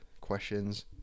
questions